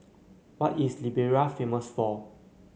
what is Liberia famous for